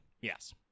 Yes